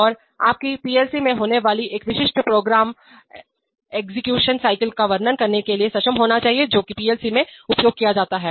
और आपको पीएलसी में होने वाले एक विशिष्ट प्रोग्राम एग्जीक्यूशन साइकिल का वर्णन करने में सक्षम होना चाहिए जोकि पीएलसी में उपयोग किया जाता है